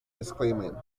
disclaiming